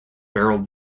barrel